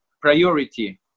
priority